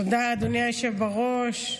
תודה, אדוני היושב בראש.